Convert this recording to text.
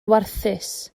warthus